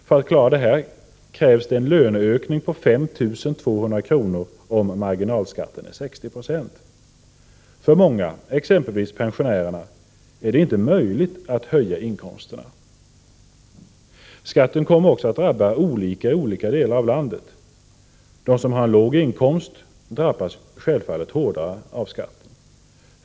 För att klara detta krävs en löneökning på 5 200 kr., om marginalskatten är 60 26. För många, exempelvis pensionärerna, är det inte möjligt att höja inkomsterna. Skatten kommer att drabba olika i olika delar av landet. De som har en låg inkomst drabbas självfallet hårdare av skatten.